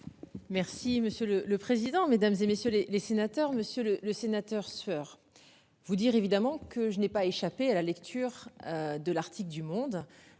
Merci monsieur le le président, mesdames, et messieurs les sénateurs, Monsieur le Sénateur sueur. Vous dire évidemment que je n'ai pas échapper à la lecture. De l'article du Monde.